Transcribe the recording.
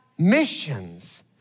Missions